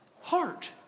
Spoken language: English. heart